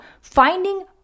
Finding